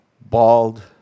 bald